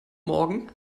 morgen